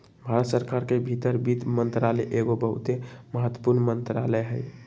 भारत सरकार के भीतर वित्त मंत्रालय एगो बहुते महत्वपूर्ण मंत्रालय हइ